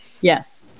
Yes